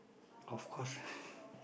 of course ah